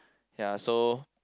ya so